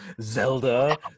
Zelda